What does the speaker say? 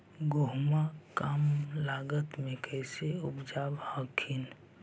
गेहुमा कम लागत मे कैसे उपजाब हखिन?